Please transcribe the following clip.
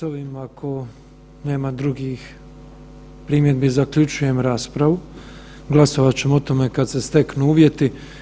S ovim ako nema drugih primjedbi zaključujem raspravu. glasovat ćemo o tome kad se steknu uvjeti.